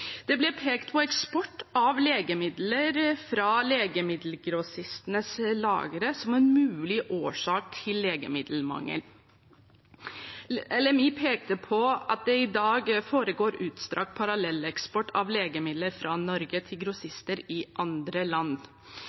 Det ble pekt på eksport av legemidler fra legemiddelgrossistenes lagre som en mulig årsak til legemiddelmangel. LMI pekte på at det i dag foregår utstrakt parallelleksport av legemidler fra Norge til grossister i andre land.